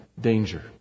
danger